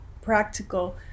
practical